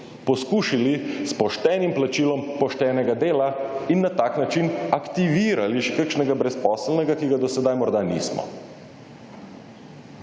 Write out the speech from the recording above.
poskušali s poštenim plačilom poštenega dela in na tak način aktivirali še kakšnega brezposelnega, ki ga do sedaj nismo?